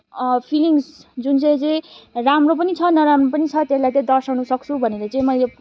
feelings जुन चाहिँ चाहिँ राम्रो पनि छ नराम्रो पनि छ त्यसलाई चाहिँ दर्शाउन सक्छु भनेर चाहिँ मैले